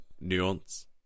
Nuance